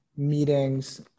meetings